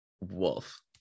wolf